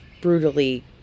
brutally